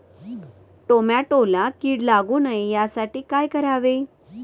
टोमॅटोला कीड लागू नये यासाठी काय करावे?